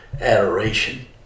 adoration